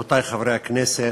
רבותי חברי הכנסת,